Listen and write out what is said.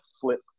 flip